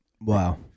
Wow